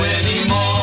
anymore